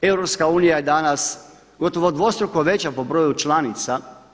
EU je danas gotovo dvostruko veća po broju članica.